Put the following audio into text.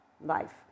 life